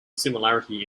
similarity